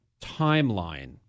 timeline